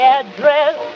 address